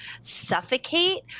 suffocate